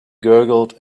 gurgled